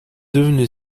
devenu